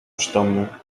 przytomny